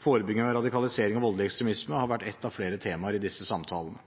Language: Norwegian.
Forebygging av radikalisering og voldelig ekstremisme har vært ett av flere temaer i disse samtalene.